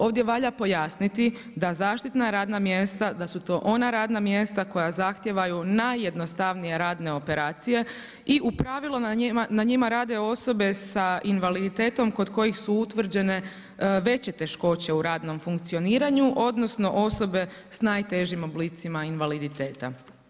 Ovdje valja pojasniti da zaštitna radna mjesta, da su to ona radna mjesta koja zahtijevaju najjednostavnije radne operacije i u pravilu na njima rade osobe s invaliditetom kod kojih su utvrđene veće teškoće u radnom funkcioniranju odnosno osobe sa najtežim oblicima invaliditeta.